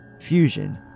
Fusion